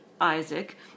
Isaac